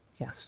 Yes